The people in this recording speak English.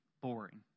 Boring